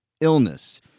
illness